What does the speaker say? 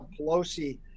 Pelosi